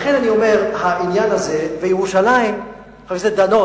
לכן אני אומר, ירושלים, חבר הכנסת דנון,